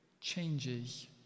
changes